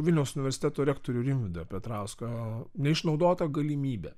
vilniaus universiteto rektorių rimvydą petrauską neišnaudota galimybė